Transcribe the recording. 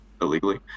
illegally